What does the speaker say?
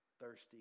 thirsty